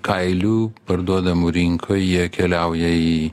kailių parduodamų rinkoj jie keliauja į